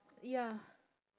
ya